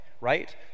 right